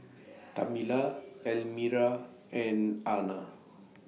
Tamela Elmyra and Ana